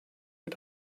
mit